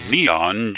Neon